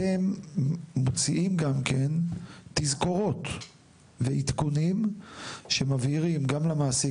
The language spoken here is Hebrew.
אתם מוציאים גם תזכורות ועדכונים שמבהירים גם למעסיק